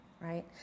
right